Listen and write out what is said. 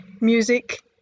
music